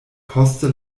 poste